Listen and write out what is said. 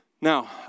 Now